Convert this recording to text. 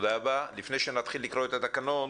לפני שנתחיל לקרוא את התקנות,